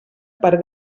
per